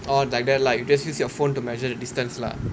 orh like that lah just use your phone to measure the distance lah